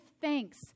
thanks